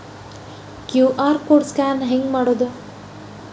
QR code scan ಹೆಂಗ್ ಮಾಡೋದು?